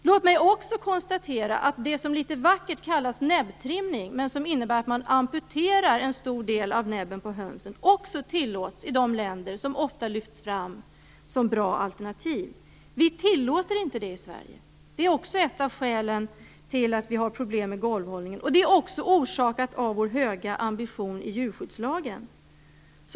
Det som litet vackert kallas näbbtrimning, men som innebär att man amputerar en stor del av näbben på hönsen, tillåts i de länder som ofta lyfts fram som bra alternativ. Vi tillåter inte det i Sverige. Det är också ett av skälen till att vi har problem med golvhållningen. Ett annat är vår höga ambition i djurskyddslagen.